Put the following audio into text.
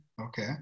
okay